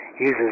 uses